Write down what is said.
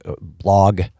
blog